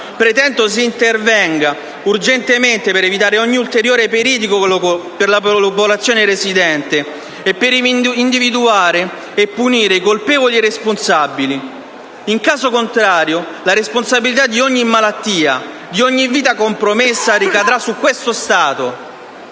Pretendo si intervenga urgentemente per evitare ogni ulteriore pericolo per la popolazione residente e per individuare e punire i colpevoli e i responsabili. In caso contrario, la responsabilità di ogni malattia, di ogni vita compromessa ricadrà su questo Stato.